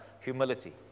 humility